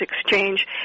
Exchange